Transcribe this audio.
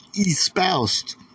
espoused